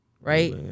right